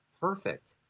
perfect